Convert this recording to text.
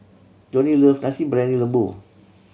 Johnnie love Nasi Briyani Lembu